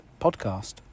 podcast